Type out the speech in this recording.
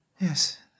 Yes